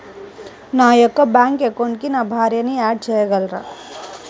నా యొక్క బ్యాంక్ అకౌంట్కి నా భార్యని యాడ్ చేయగలరా?